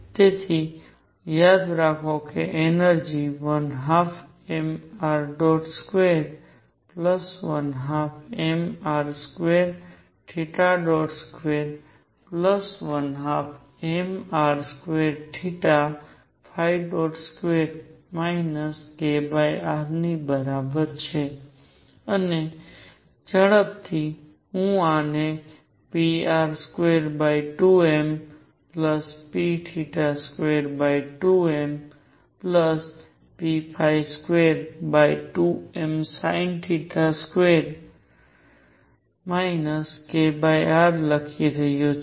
તેથી યાદ રાખો કે એનર્જિ 12mr212mr2212mr22 kr ની બરાબર છે અને ઝડપથી હું આનેpr22mp22mp22msin2 kr લખી શકું છું